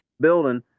building